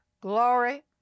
glory